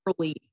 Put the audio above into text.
early